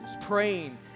Praying